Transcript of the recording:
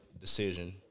decision